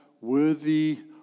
worthy